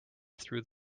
through